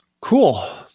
Cool